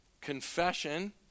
Confession